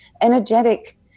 energetic